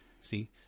see